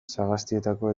sagastietako